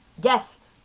Guest